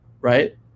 Right